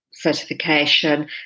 Certification